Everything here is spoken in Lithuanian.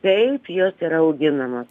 kaip jos yra auginamos